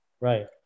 right